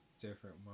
different